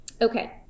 Okay